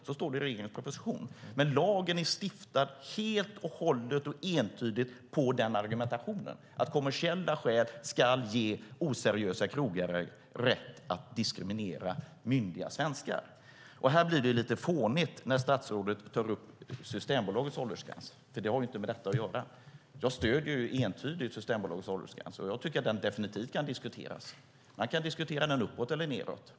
Så står det i regeringens proposition, men lagen är stiftad helt och hållet och entydigt på den argumentationen att kommersiella skäl ska ge oseriösa krogägare rätt att diskriminera myndiga svenskar. Det blir lite fånigt när statsrådet tar upp Systembolagets åldersgräns. Den har inte med detta att göra. Jag stöder Systembolagets åldersgräns. Jag tycker definitivt att den kan diskuteras. Man kan diskutera om den ska höjas eller sänkas.